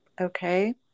okay